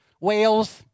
Wales